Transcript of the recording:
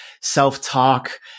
self-talk